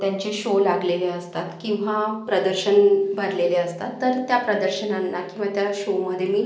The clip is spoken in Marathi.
त्यांचे शो लागलेले असतात किंवा प्रदर्शन भरलेले असतात तर त्या प्रदर्शनांना किंवा त्या शोमध्ये मी